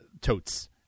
totes